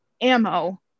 ammo